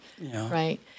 right